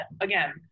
again